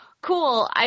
Cool